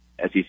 SEC